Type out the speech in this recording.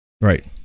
right